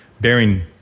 bearing